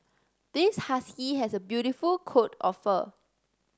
this husky has a beautiful coat of fur